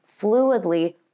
fluidly